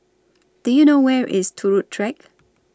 Do YOU know Where IS Turut Track